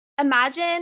imagine